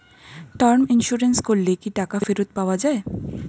Term insurance করলে কি টাকা ফেরত পাওয়া যায়?